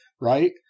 right